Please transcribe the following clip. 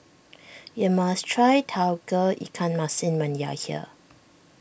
you must try Tauge Ikan Masin when you are here